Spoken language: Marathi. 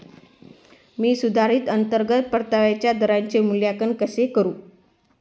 मी सुधारित अंतर्गत परताव्याच्या दराचे मूल्यांकन कसे करू?